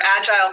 agile